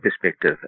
perspective